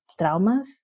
traumas